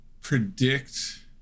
predict